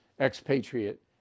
Expatriate